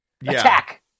attack